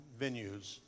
venues